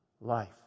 life